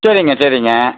சரிங்க சரிங்க